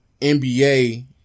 NBA